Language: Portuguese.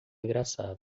engraçado